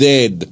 Dead